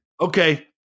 Okay